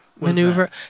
Maneuver